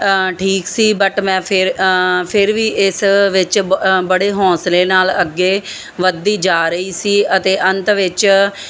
ਠੀਕ ਸੀ ਬਟ ਮੈਂ ਫਿਰ ਫਿਰ ਵੀ ਇਸ ਵਿੱਚ ਬੜੇ ਹੌਸਲੇ ਨਾਲ ਅੱਗੇ ਵੱਧਦੀ ਜਾ ਰਹੀ ਸੀ ਅਤੇ ਅੰਤ ਵਿੱਚ